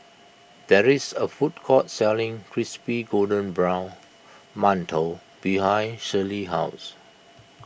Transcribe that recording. there is a food court selling Crispy Golden Brown Mantou behind Shirlee's house